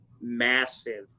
massive